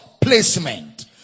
Placement